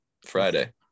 Friday